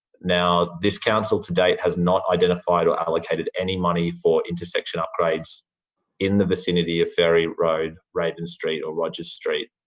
now, this council to date has not identified or allocated any money for intersection upgrades in the vicinity of ferry road, raven street or rogers street.